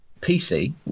PC